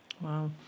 Wow